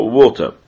water